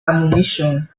ammunition